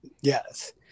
yes